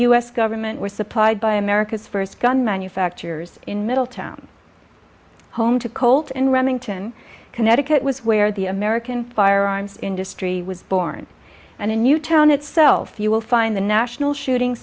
us government were supplied by america's first gun manufacturers in middletown home to colt in remington connecticut was where the american firearms industry was born and a new town itself you will find the national shooting